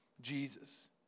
jesus